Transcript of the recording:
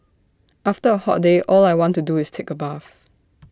after A hot day all I want to do is take A bath